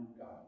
God